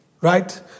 right